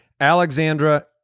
Alexandra